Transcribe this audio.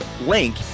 link